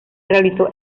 realizó